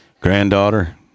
granddaughter